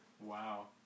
Wow